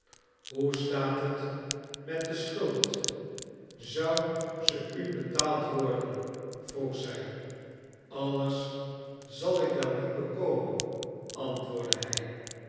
hoe staat het met de schuld zou ze u betaald worden vroeg zij alles zal ik wel niet bekomen antwoordde hij